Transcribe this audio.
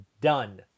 done